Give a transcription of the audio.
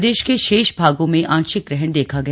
प्रदेश के शेष भागों में आंशिक ग्रहण देखा गया